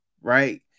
right